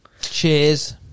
cheers